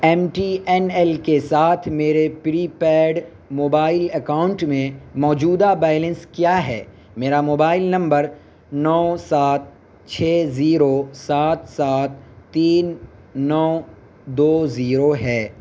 M T N L کے ساتھ میرے پری پیڈ موبائل اکاؤنٹ میں موجودہ بیلنس کیا ہے میرا موبائل نمبر نو سات چھ زیرو سات سات تین نو دو زیرو ہے